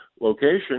location